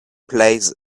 plays